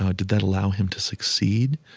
ah did that allow him to succeed?